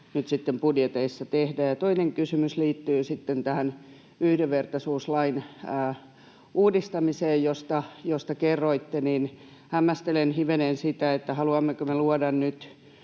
nyt sitten budjeteissa tehdä? Toinen kysymys liittyy tähän yhdenvertaisuuslain uudistamiseen, josta kerroitte. Hämmästelen hivenen sitä, että haluammeko me luoda nyt